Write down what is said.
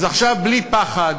אז עכשיו, בלי פחד,